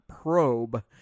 probe